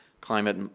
climate